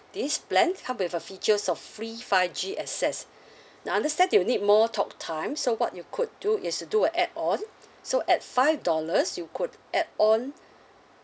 this plan come with a features of free five G access I understand you need more talk time so what you could do is to do a add-on so at five dollars you could add on